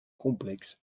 complexe